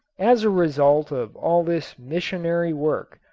as a result of all this missionary work,